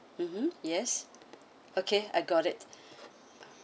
mmhmm yes okay I got it